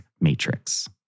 matrix